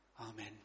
Amen